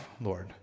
Lord